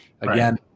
again